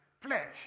flesh